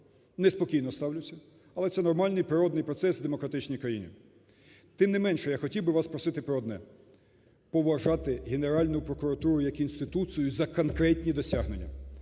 неспокійно ставлюся, але це нормальний природній процес в демократичній країні. Тим не менше, я хотів би вас просити про одне: поважати Генеральну прокуратуру як інституцію за конкретні досягнення.